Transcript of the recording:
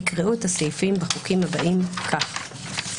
יקראו את הסעיפים בחוקים הבאים כך,